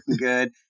good